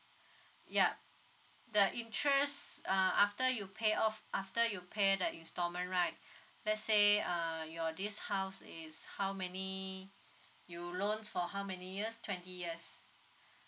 yup the interest uh after you pay off after you pay the installment right let say uh your this house is how many you loans for how many years twenty years